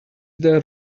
there